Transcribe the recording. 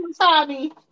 Tommy